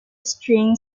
string